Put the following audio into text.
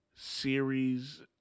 series